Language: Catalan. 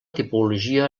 tipologia